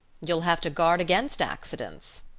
you'll have to guard against accidents,